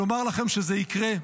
לומר לכם שזה יקרה?